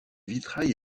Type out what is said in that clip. vitrail